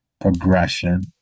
progression